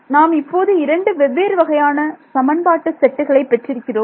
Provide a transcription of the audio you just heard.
நாம் இப்போது இரண்டு வெவ்வேறு வகையான சமன்பாட்டு செட்டுகளை பெற்றிருக்கிறோம்